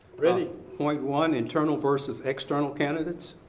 ready. point one, internal versus external candidates.